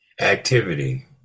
activity